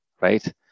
right